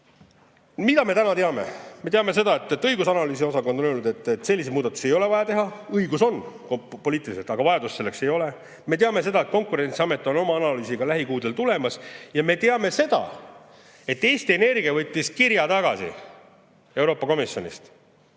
Mida me täna teame? Me teame seda, et õigus‑ ja analüüsiosakond on öelnud, et selliseid muudatusi ei ole vaja teha. Õigus on, poliitiliselt, aga vajadust selleks ei ole. Me teame, et Konkurentsiamet on lähikuudel tulemas välja oma analüüsiga, ja me teame seda, et Eesti Energia võttis kirja tagasi Euroopa Komisjonist.